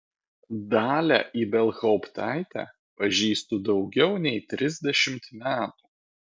dalią ibelhauptaitę pažįstu daugiau nei trisdešimt metų